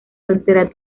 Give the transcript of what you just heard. frontera